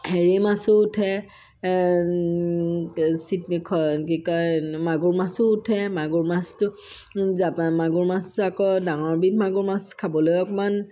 হেৰি মাছো উঠে কি কয় মাগুৰ মাছো উঠে মাগুৰ মাছটো তাৰপৰা মাগুৰ মাছতো আকৌ ডাঙৰবিধ মাগুৰমাছ খাবলৈ অকণমান